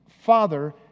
Father